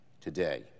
today